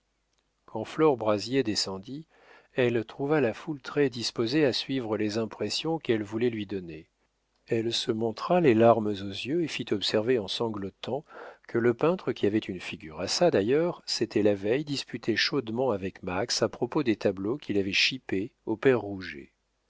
quand flore brazier descendit elle trouva la foule très disposée à suivre les impressions qu'elle voulait lui donner elle se montra les larmes aux yeux et fit observer en sanglotant que le peintre qui avait une figure à ça d'ailleurs s'était la veille disputé chaudement avec max à propos des tableaux qu'il avait chippés au père